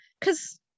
Cause